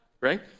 Right